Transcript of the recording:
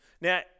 now